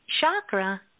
chakra